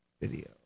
video